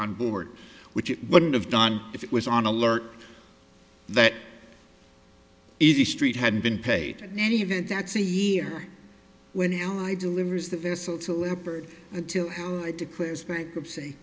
on board which it wouldn't have done if it was on alert that if the street hadn't been paid in any event that's a year when the ally delivers the vessel to leopard until it declares bankruptcy